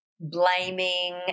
blaming